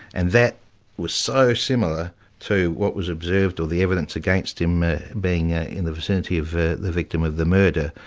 and that was so similar to so what was observed, or the evidence against him being ah in the vicinity of the the victim of the murder,